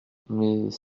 mais